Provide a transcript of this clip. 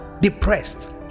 depressed